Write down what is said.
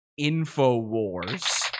InfoWars